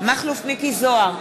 מכלוף מיקי זוהר,